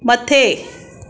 मथे